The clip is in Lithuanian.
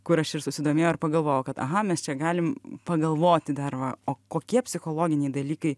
kur aš ir susidomėjai ir pagalvojau kad aha mes čia galim pagalvoti dar va o kokie psichologiniai dalykai